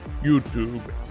YouTube